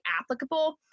applicable